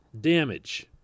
damage